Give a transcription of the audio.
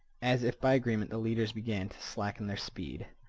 as if by agreement, the leaders began to slacken their speed.